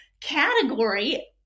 category –